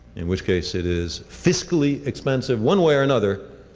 in which case it is fiscally expensive. one way or another,